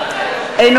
מי בעד?